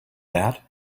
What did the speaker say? that